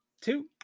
two